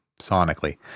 sonically